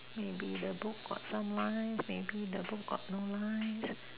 maybe the book got some lines maybe the book got no lines